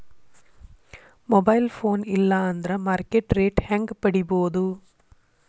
Mobile phone ಇಲ್ಲಾ ಅಂದ್ರ market rate ಹೆಂಗ್ ಪಡಿಬೋದು?